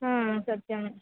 हा सत्यम्